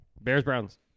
Bears-Browns